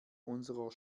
unserer